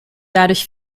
dadurch